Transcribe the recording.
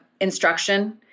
instruction